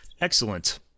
excellent